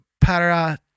para